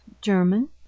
German